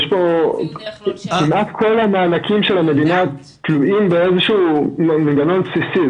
כמעט כ המענקים של המדינה תלויים באיזשהו מנגנון בסיסי.